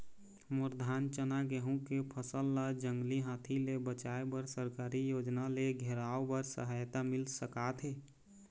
मोर धान चना गेहूं के फसल ला जंगली हाथी ले बचाए बर सरकारी योजना ले घेराओ बर सहायता मिल सका थे?